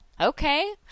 Okay